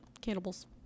Cannibals